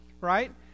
right